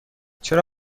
چرا